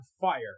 fire